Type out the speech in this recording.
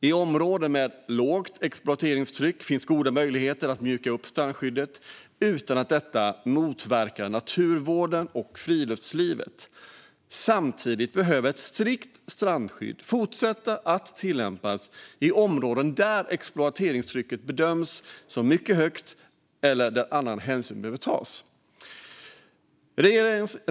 I områden med lågt exploateringstryck finns goda möjligheter att mjuka upp strandskyddet utan att detta motverkar naturvården och friluftslivet. Samtidigt behöver ett strikt strandskydd fortsätta att tillämpas i områden där exploateringstrycket bedöms som mycket högt eller där andra hänsyn behöver tas.